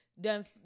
Done